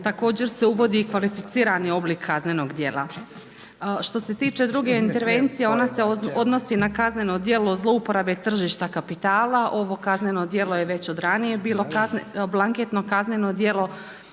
Također se uvodi i kvalificirani oblik kaznenog djela. Što se tiče druge intervencije ona se odnosi na kazneno djelo zlouporabe tržišta kapitala. Ovo kazneno djelo je već od ranije bilo blanketno kazneno djelo,